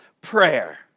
prayer